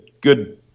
Good